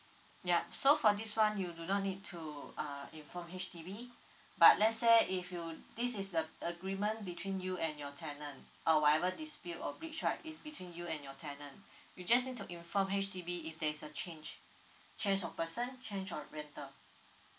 yup so for this one you do not need to uh inform H_D_B but let's say if you this is a agreement between you and your tenant uh whatever dispute or breach right is between you and your tenant you just need to inform H_D_B if there is a change change of person change of rental